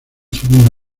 segundo